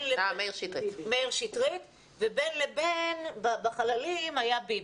מאיר שטרית ובין לבין בחללים היה ביבי.